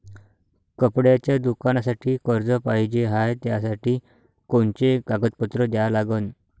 कपड्याच्या दुकानासाठी कर्ज पाहिजे हाय, त्यासाठी कोनचे कागदपत्र द्या लागन?